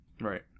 Right